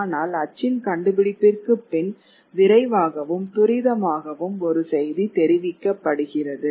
ஆனால்அச்சின் கண்டுபிடிப்பிற்கு பின் விரைவாகவும் துரிதமாகவும் ஒரு செய்தி தெரிவிக்கப்படுகிறது